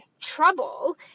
trouble